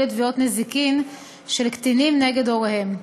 לתביעות נזיקין של קטינים נגד הוריהם.